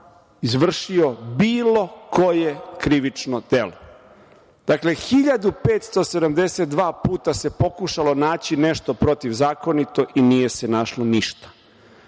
izvršio bilo koje krivično delo. Dakle, 1.572 puta se pokušalo naći nešto protivzakonito i nije se našlo ništa.